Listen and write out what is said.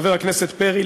חבר הכנסת פרי,